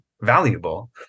valuable